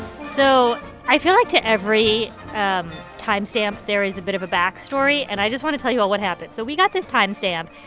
so i feel like to every um timestamp, there is a bit of a backstory. and i just want to tell you all what happened. so we got this timestamp.